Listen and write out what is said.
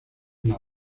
una